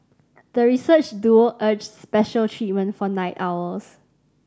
the research duo urged special treatment for night owls